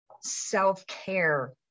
self-care